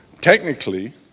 Technically